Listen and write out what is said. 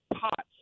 pots